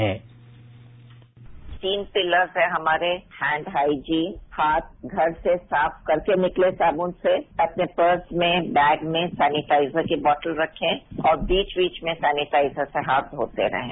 sound bite तीन pillars हैं हमारे हैंड हाइजिंग हाथ घर से साफ करके निकलें साबून से अपने पर्स में बैग में सेनेटाइजर की बोतल रखें और बीच बीच में सेनेटाइजर से हाथ धोते रहें